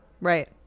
right